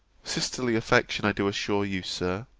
sisterly affection, i do assure you, sir,